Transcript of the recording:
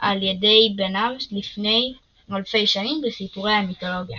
על ידי בניו לפני אלפי שנים, בסיפורי המיתולוגיה.